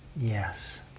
Yes